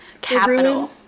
capital